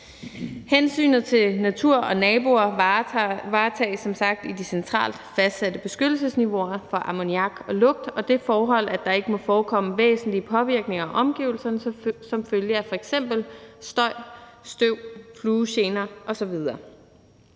Hensynet til naturen og naboerne varetages som sagt i de centralt fastsatte beskyttelsesniveauer for ammoniak og lugt og det forhold, at der ikke må forekomme væsentlige påvirkninger af omgivelserne som følge af f.eks. støj, støv, fluegener osv.